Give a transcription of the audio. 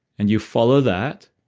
and you follow that.